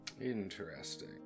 Interesting